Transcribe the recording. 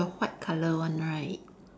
the white colour one right